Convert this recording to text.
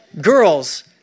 Girls